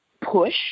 push